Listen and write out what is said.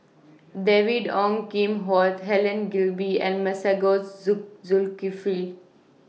David Ong Kim Huat Helen Gilbey and Masagos Zulkifli